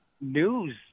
news